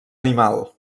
animal